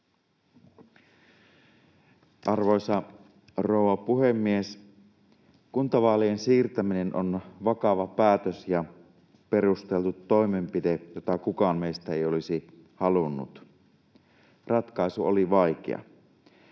Arvoisa rouva puhemies! Kuntavaalien siirtäminen on vakava päätös ja perusteltu toimenpide, jota kukaan meistä ei olisi halunnut. Ratkaisu oli vaikea.